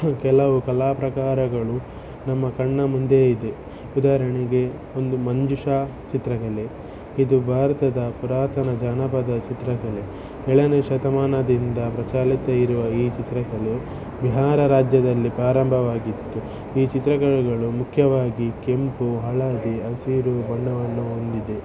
ಕೆಲವು ಕಲಾ ಪ್ರಕಾರಗಳು ನಮ್ಮ ಕಣ್ಣ ಮುಂದೆ ಇದೆ ಉದಾಹರಣೆಗೆ ಒಂದು ಮಂಜುಷಾ ಚಿತ್ರಕಲೆ ಇದು ಭಾರತದ ಪುರಾತನ ಜಾನಪದ ಚಿತ್ರಕಲೆ ಏಳನೇ ಶತಮಾನದಿಂದ ಪ್ರಚಲಿತ ಇರುವ ಈ ಚಿತ್ರಕಲೆ ಬಿಹಾರ ರಾಜ್ಯದಲ್ಲಿ ಪ್ರಾರಂಭವಾಗಿತ್ತು ಈ ಚಿತ್ರಕಲೆಗಳು ಮುಖ್ಯವಾಗಿ ಕೆಂಪು ಹಳದಿ ಹಸಿರು ಬಣ್ಣವನ್ನು ಹೊಂದಿದೆ